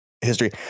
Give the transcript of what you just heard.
history